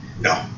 No